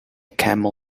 camel